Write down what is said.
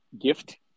gift